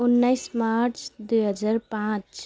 उन्नाइस मार्च दुई हजार पाँच